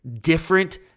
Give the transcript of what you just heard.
different